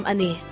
Ani